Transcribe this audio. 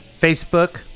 facebook